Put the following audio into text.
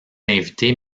invités